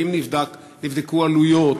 האם נבדקו עלויות?